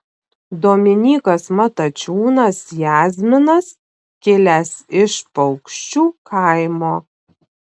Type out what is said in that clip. dominykas matačiūnas jazminas kilęs iš paukščiu kaimo